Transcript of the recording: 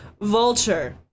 vulture